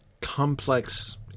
complex